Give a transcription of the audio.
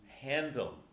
handle